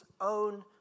own